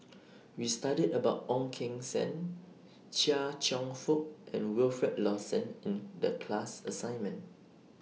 We studied about Ong Keng Sen Chia Cheong Fook and Wilfed Lawson in The class assignment